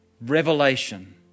revelation